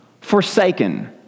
forsaken